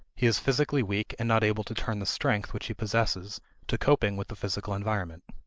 he is physically weak and not able to turn the strength which he possesses to coping with the physical environment.